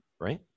right